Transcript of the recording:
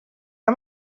hem